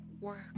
work